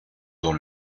dans